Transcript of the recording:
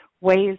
ways